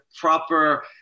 proper